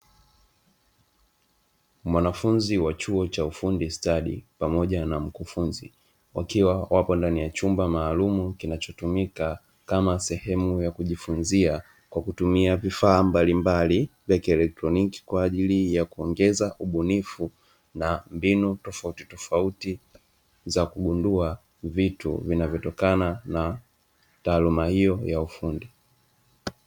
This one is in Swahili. Mwanafunzi wa chuo cha ufundi stadi pamoja na mkufunzi wakiwa wapo ndani ya chumba maalumu kinachotumika kama sehemu ya kujifunzia kwa kutumia vifaa mbalimbali vya kielektroniki, kwa ajili ya kuongeza ubunifu na mbinu tofautitofauti za kugundua vitu vinavyotokana na taaluma hiyo ya ufundi.